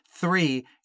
Three